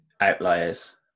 Outliers